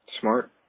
Smart